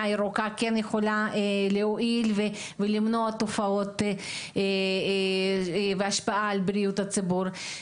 ירוקה יכולה להועיל ולמנוע תופעות והשפעה על בריאות הציבור.